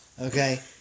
Okay